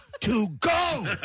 to-go